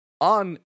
on